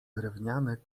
drewniany